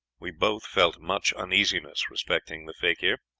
we both felt much uneasiness respecting the fakir,